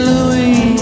Louis